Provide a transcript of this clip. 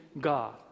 God